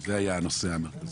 כי זה היה הנושא המרכזי.